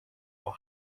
for